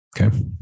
okay